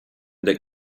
that